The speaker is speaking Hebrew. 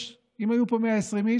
אם היו פה 120 איש,